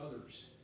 others